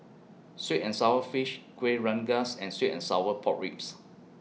Sweet and Sour Fish Kuih Rengas and Sweet and Sour Pork Ribs